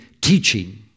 teaching